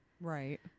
Right